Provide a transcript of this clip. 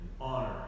honor